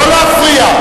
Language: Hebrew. לא להפריע.